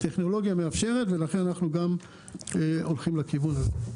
הטכנולוגיה מאפשרת ולכן אנחנו הולכים לכיוון הזה.